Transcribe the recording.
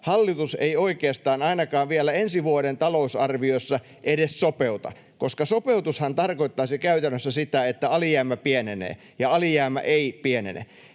hallitus ei oikeastaan ainakaan vielä ensi vuoden talousarviossa edes sopeuta, koska sopeutushan tarkoittaisi käytännössä sitä, että alijäämä pienenee, ja alijäämä ei pienene.